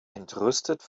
entrüstet